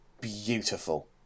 beautiful